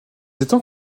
étangs